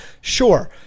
Sure